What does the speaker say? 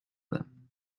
them